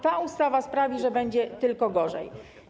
Ta ustawa sprawi, że będzie tylko gorzej.